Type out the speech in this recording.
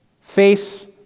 face